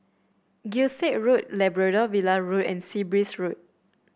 Gilstead Road Labrador Villa Road and Sea Breeze Road